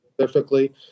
specifically